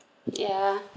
yeah